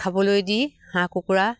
খাবলৈ দি হাঁহ কুকুৰা